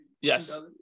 Yes